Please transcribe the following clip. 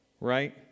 Right